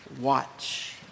Watch